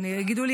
יגידו לי,